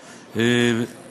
אם אנחנו ניתן,